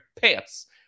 pants